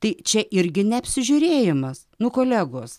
tai čia irgi neapsižiūrėjimas nu kolegos